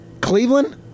Cleveland